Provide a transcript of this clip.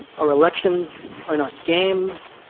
our elections are not games.